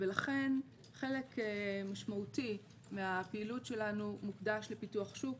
ולכן חלק משמעותי מהפעילות שלנו מוקדש לפיתוח שוק,